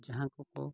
ᱡᱟᱦᱟᱸᱭ ᱠᱚᱠᱚ